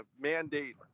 mandate